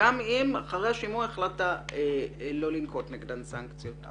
וגם אם אחרי השימוע החלטת לא לנקוט נגדן סנקציות.